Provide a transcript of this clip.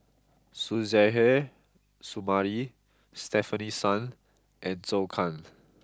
Suzairhe Sumari Stefanie Sun and Zhou Can